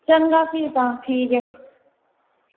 चंगा फ्ही तां ठीक ऐ